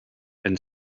and